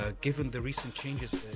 ah given the recent changes.